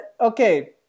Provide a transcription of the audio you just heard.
okay